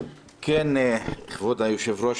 כבוד היושב-ראש,